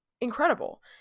incredible